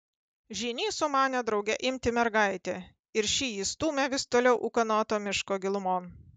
žynys sumanė drauge imti mergaitę ir ši jį stūmė vis toliau ūkanoto miško gilumon